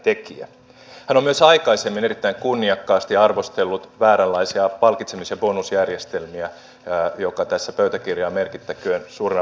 hän on myös aikaisemmin erittäin kunniakkaasti arvostellut vääränlaisia palkitsemis ja bonusjärjestelmiä mikä tässä pöytäkirjaan merkittäköön suurena valtiomiestekona